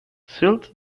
silt